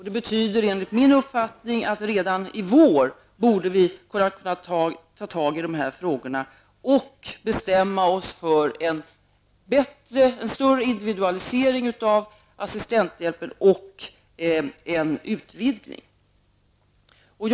Det betyder enligt min uppfattning att vi redan i vår borde kunna ta tag i dessa frågor och bestämma oss för en större individualisering och en utvidgning av assistenthjälpen.